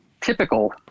Typical